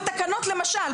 למשל,